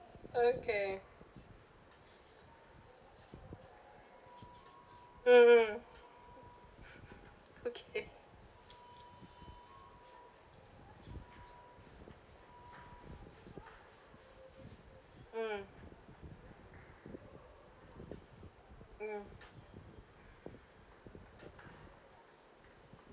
okay mmhmm okay mm mm